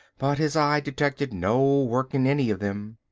but his eye detected no work in any of them.